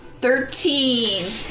thirteen